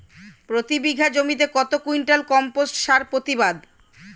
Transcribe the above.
প্রতি বিঘা জমিতে কত কুইন্টাল কম্পোস্ট সার প্রতিবাদ?